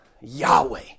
Yahweh